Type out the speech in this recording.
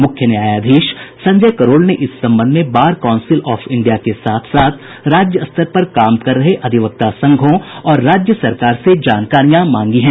मुख्य न्यायधीश संजय करोल ने इस संबंध में बार काउंसिल ऑफ इंडिया के साथ साथ राज्य स्तर पर काम कर रहे अधिवक्ता संघों और राज्य सरकार से जानकारियां मांगी हैं